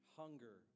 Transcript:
hunger